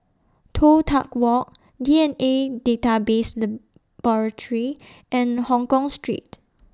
Toh Tuck Walk D N A Database Laboratory and Hongkong Street